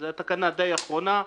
זו תקנה די אחרונה.